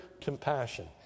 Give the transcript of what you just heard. compassion